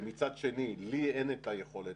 ומצד שני לי אין את היכולת,